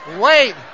Wait